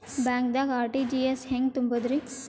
ಬ್ಯಾಂಕ್ದಾಗ ಆರ್.ಟಿ.ಜಿ.ಎಸ್ ಹೆಂಗ್ ತುಂಬಧ್ರಿ?